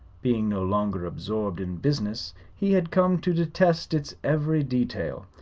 being no longer absorbed in business, he had come to detest its every detail,